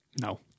No